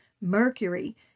mercury